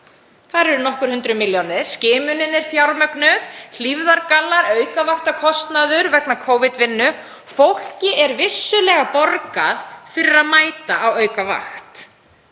Þar eru nokkur hundruð milljónir. Skimunin er fjármögnuð, hlífðargallar og aukavaktakostnaður vegna Covid-vinnu. Fólki er vissulega borgað fyrir að mæta á aukavakt.